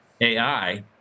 AI